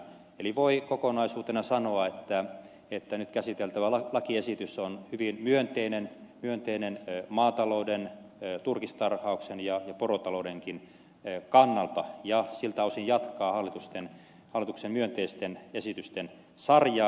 eli voi kokonaisuutena sanoa että nyt käsiteltävä lakiesitys on hyvin myönteinen maatalouden turkistarhauksen ja porotaloudenkin kannalta ja siltä osin jatkaa hallituksen myönteisten esitysten sarjaa